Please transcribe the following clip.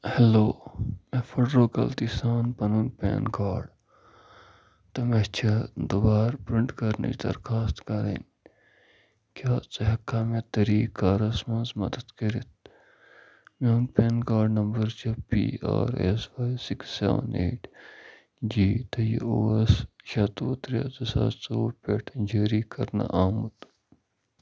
hello مےٚ پھٕٹرو غلطی سان پَنُن پین کارڈ تہٕ مےٚ چھِ دُبارٕ پرٛنٛٹ کَرنٕچ درخواستہٕ کَرٕنۍ کیٛاہ ژٕ ہٮ۪ککھا مےٚ طریٖقہٕ کارَس منٛز مدتھ کٔرِتھ میون پین کارڈ نمبَر چھِ P R S Y six seven eight G تہٕ یہِ اوس شَتوُہ ترٛےٚ زٕ ساس ژوٚوُہ پٮ۪ٹھٕ جٲری کَرنہٕ آمُت